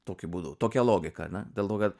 tokiu būdu tokia logika ar ne dėl to kad